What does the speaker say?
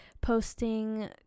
posting